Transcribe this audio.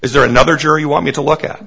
is there another juror you want me to look at